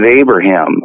Abraham